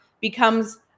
becomes